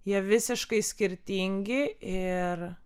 jie visiškai skirtingi ir